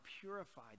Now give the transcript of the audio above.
purified